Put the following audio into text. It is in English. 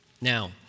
Now